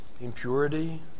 impurity